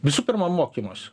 visų pirma mokymus